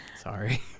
Sorry